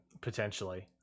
potentially